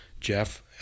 Jeff